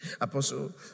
Apostle